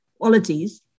qualities